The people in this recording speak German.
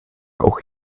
auch